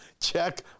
Check